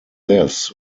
this